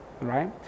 right